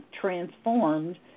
transformed